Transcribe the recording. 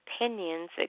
opinions